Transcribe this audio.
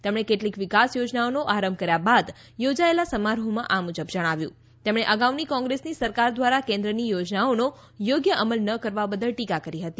તેમણે કેટલીક વિકાસ યોજનાઓનો આરંભ કર્યા બાદ યોજાયેલા સમારોહમાં આ મુજબ જણાવ્યું તેમણે અગાઉની કોંગ્રેસની સરકાર દ્વારા કેન્દ્રની યોજનાઓનો યોગ્ય અમલ ન કરવા બદલ ટીકા કરી હતી